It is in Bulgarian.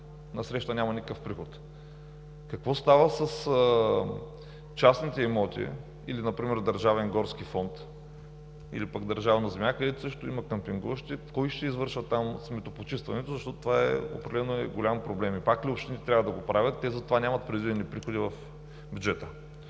насреща няма никакъв приход. Какво става с частните имоти или например държавния горски фонд, или държавна земя, където също има къмпингуващи – кой ще извършва там сметопочистването, защото това определено е голям проблем? Пак ли общините трябва да го правят, защото за това те нямат предвидени приходи в бюджета?